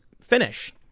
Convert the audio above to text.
finish